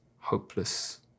hopeless